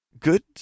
Good